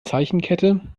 zeichenkette